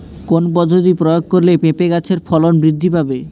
কোন পদ্ধতি প্রয়োগ করলে পেঁপে গাছের ফলন বৃদ্ধি পাবে?